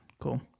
cool